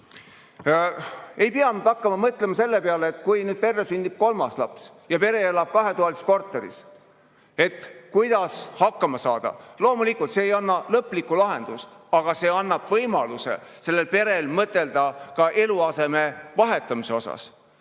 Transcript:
Ei pea hakkama mõtlema selle peale, et kui perre sünnib kolmas laps, aga pere elab kahetoalises korteris, kuidas siis hakkama saada. Loomulikult see ei anna lõplikku lahendust, aga see annab võimaluse sellel perel mõtelda ka eluaseme vahetamise peale.